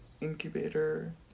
incubator